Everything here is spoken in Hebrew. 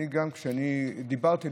גם כשאני דיברתי,